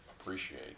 appreciate